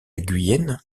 guyenne